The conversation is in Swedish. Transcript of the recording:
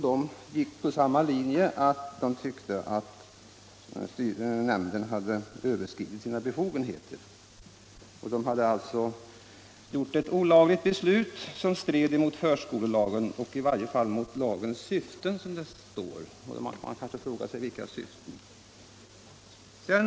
Den ansåg också att nämnden hade överskridit sina befogenheter och fattat ett olagligt beslut som stred mot förskolelagen eller i varje fall mot dess syften, som det står i yttrandet — man kan kanske fråga sig vilka syften.